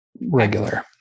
regular